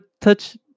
Touch